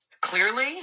clearly